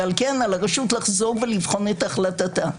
ועל כן על הרשות לחזור ולבחון את החלטתה.